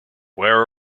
where